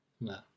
No